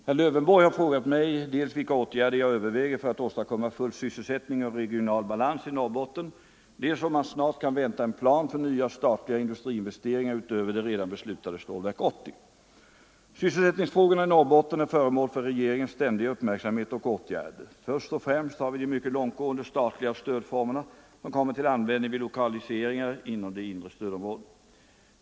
Herr talman! Herr Lövenborg har frågat mig dels vilka åtgärder jag överväger för att åstadkomma full sysselsättning och regional balans i Norrbotten, dels om man snart kan vänta en plan för nya statliga industriinvesteringar utöver det redan beslutade Stålverk 80. Sysselsättningsfrågorna i Norrbotten är föremål för regeringens ständiga uppmärksamhet och åtgärder. Först och främst har vi de mycket långtgående statliga stödformerna som kommer till användning vid lokaliseringar inom det inre stödområdet.